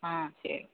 ஆ சரி